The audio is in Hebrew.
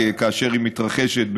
כאשר היא מתרחשת,